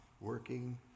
working